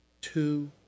two